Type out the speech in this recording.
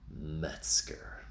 Metzger